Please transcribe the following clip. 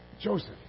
Joseph